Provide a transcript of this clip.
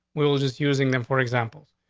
well, just using them for examples.